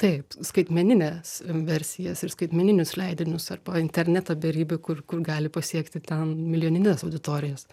taip skaitmenines versijas ir skaitmeninius leidinius arba internetą beribį kur kur gali pasiekti ten milijonines auditorijas